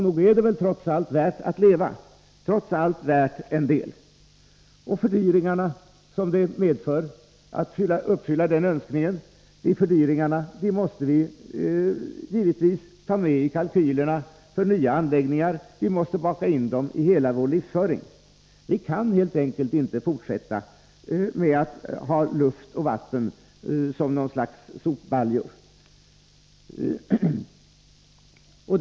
Nog är det väl trots allt värt en del att leva, och de fördyringar som det medför att uppfylla önskan att leva måste vi givetvis ta med i kalkylerna för nya anläggningar. Vi måste baka in de kostnaderna i hela vår livsföring. Vi kan helt enkelt inte fortsätta att ha luft och vatten som något slags sopbaljor.